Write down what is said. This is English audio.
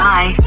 Bye